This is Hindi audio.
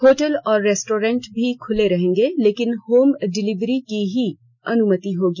होटल और रेस्टोरेंट भी खर्ल रहेंगे लेकिन होम डिलीवरी की ही अनुमति होगी